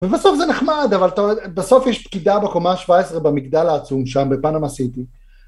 ובסוף זה נחמד, אבל, בסוף יש פקידה בקומה ה-17 במגדל העצום, שם בפנאמה סיטי.